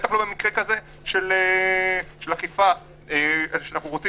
בטח לא במקרה כזה של אכיפה כשאנחנו רוצים